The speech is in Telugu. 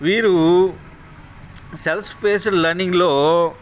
వీరు సెల్స్ బేస్డ్ లెర్నింగ్లో